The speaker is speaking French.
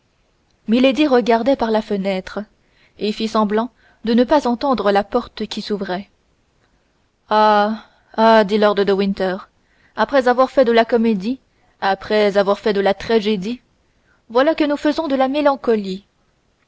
regardait par la fenêtre et fit semblant de ne pas entendre la porte qui s'ouvrait ah ah dit lord de winter après avoir fait de la comédie après avoir fait de la tragédie voilà que nous faisons de la mélancolie